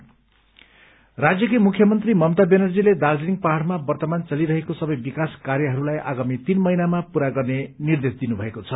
CS इन्ट्रेडिन राज्यकी मुख्यमन्त्री ममता व्यानर्जीले दार्जीलिङ पहाड़मा वर्तमान चलिरहेको सवै विकास कार्यहरूलाई आगामी तीन महीनामा पूरा गर्ने निर्देश दिनुभएको छ